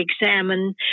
examine